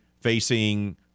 facing